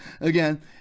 again